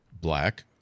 black